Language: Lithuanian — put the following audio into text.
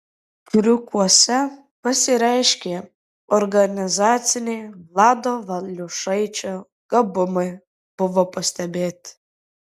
kriukuose pasireiškę organizaciniai vlado valiušaičio gabumai buvo pastebėti